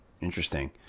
interesting